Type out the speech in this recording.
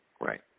Right